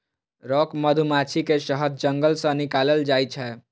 rock मधुमाछी के शहद जंगल सं निकालल जाइ छै